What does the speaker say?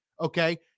okay